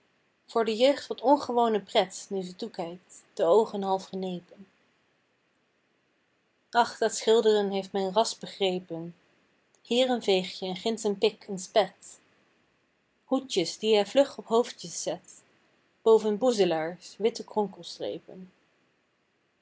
voor de jeugd wat ongewone pret nu ze toekijkt de oogen halt genepen ach dat schilderen heeft men ras begrepen hier een veegje en ginds een pik een spet hoedjes die hij vlug op hoofdjes zet boven boezelaars witte